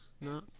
No